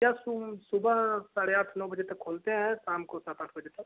या सुबह साढ़े आठ नौ बजे तक खोलते हैं शाम को सात आठ बजे तक